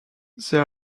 there